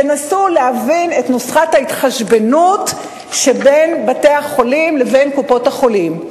תנסו להבין את נוסחת ההתחשבנות שבין בתי-החולים לבין קופות-החולים.